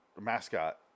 mascot